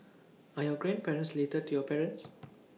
are your grandparents related to your parents